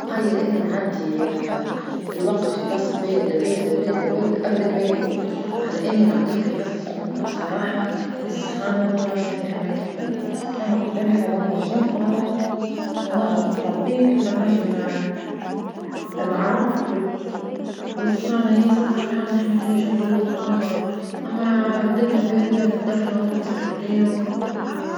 تخيل أني نعدي الوقت في بلاصة باردة باردة باردة باردة ابرد ما يكون، على أني نعديها في بلاصة سخونة، بصراحة السخانة ما فيها ما يتقبل ما نقبلها لا نجمها لا نجم الطلبيت ولا ننجم العرق والسخانة ياسر بصراحة ما نحملهاش ندوخ ونمرض أما الدنيا باردة ندفى ونلبس بلقدا وكانو هو.